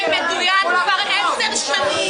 מדוין כבר עשר שנים.